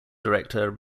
director